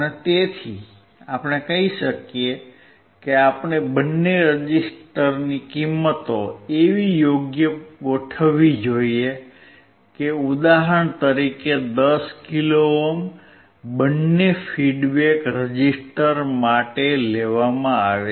તેથી આપણે કહી શકીએ કે આપણે બંને રઝીસ્ટર ની કિંમતો એવી યોગ્ય રીતે ગોઠવવી જોઈએ કે ઉદાહરણ તરીકે 10kΩ બંને ફિડબેક રઝીસ્ટર માટે લેવામાં આવે છે